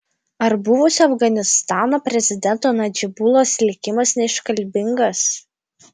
ar buvusio afganistano prezidento nadžibulos likimas neiškalbingas